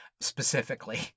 specifically